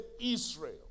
Israel